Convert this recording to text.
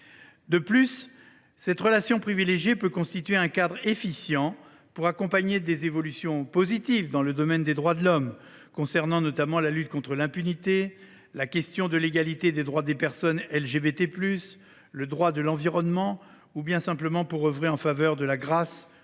De plus, cette relation privilégiée peut constituer un cadre efficient pour accompagner des évolutions positives dans le domaine des droits de l’homme, notamment au regard de la lutte contre l’impunité, de la question de l’égalité des droits des personnes LGBT+, du droit de l’environnement, ou pour œuvrer en faveur de la grâce